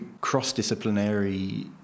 cross-disciplinary